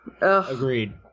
Agreed